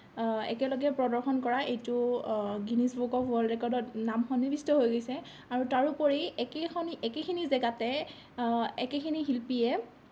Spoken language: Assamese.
একেলগে প্ৰদৰ্শণ কৰা এইটো গিনিজ বুক অফ ৱৰ্ল্ড ৰেকৰ্ডত নাম সন্নিবিষ্ট হৈ গৈছে আৰু তাৰোপৰি একেখনি একেখিনি জাগাতে একেখিনি শিল্পীয়ে